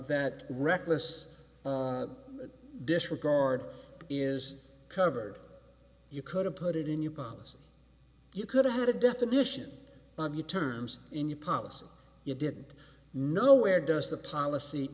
that reckless disregard is covered you could have put it in your policy you could have a definition of your terms in your policy you didn't know where does the policy